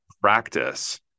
practice